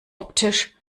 optisch